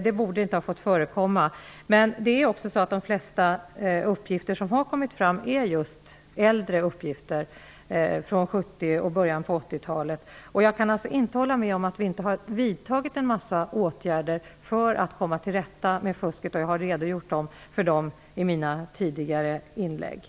Det borde inte ha fått förekomma. Men de flesta uppgifter som har kommit fram är just äldre uppgifter, från 70 och början på 80-talet. Jag kan alltså inte hålla med om att vi inte har vidtagit en massa åtgärder för att komma till rätta med fusket, och jag har i mina tidigare inlägg redogjort för dessa åtgärder.